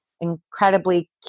incredibly